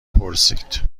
پرسید